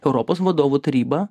europos vadovų taryba